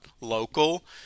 local